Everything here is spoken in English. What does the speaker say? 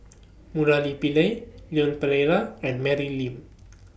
Murali Pillai Leon Perera and Mary Lim